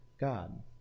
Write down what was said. God